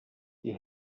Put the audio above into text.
die